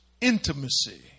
intimacy